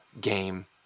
game